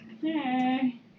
Hey